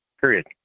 Period